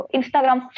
Instagram